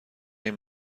این